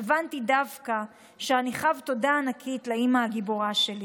הבנתי דווקא שאני חב תודה ענקית לאימא הגיבורה שלי,